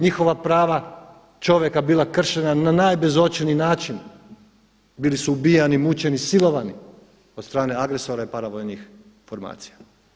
Njihova prava čovjeka bila kršena na najbezočniji način, bili su ubijani, mučeni, silovani od strane agresora i paravojnih formacija.